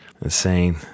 Insane